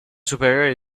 superiore